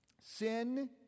Sin